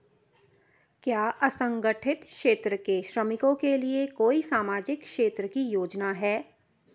क्या असंगठित क्षेत्र के श्रमिकों के लिए कोई सामाजिक क्षेत्र की योजना है?